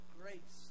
grace